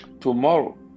tomorrow